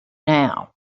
now